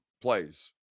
plays